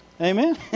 Amen